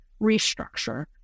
restructure